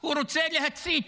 הוא רוצה להצית